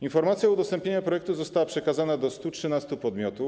Informacja udostępnienia projektu została przekazana do 113 podmiotów.